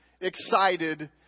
excited